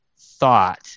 thought